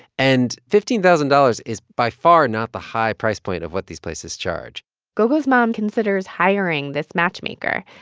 and fifteen thousand dollars is, by far, not the high price point of what these places charge gougou's mom considers hiring this matchmaker.